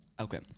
Okay